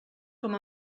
com